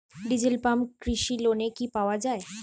Diesel pump কৃষি লোনে কি পাওয়া য়ায়?